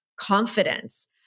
confidence